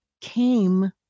came